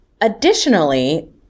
additionally